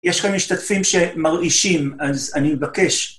יש לכם משתתפים שמרעישים, אז אני מבקש...